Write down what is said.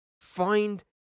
Find